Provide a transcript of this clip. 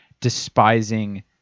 despising